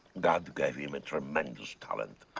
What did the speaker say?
god gave him a tremendous talent.